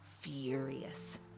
furious